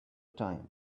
time